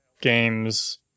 games